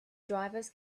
drivers